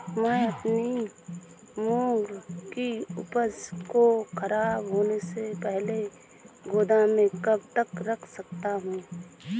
मैं अपनी मूंग की उपज को ख़राब होने से पहले गोदाम में कब तक रख सकता हूँ?